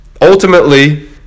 Ultimately